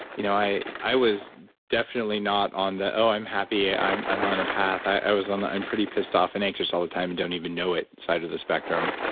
you know i i was definitely not on the, i'm happy, i'm i'm on a path. i was on the, i'm pretty pissed off and anxious all the time and don't even know it, side of the spectrum